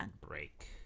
...break